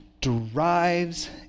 derives